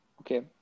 Okay